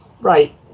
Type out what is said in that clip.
Right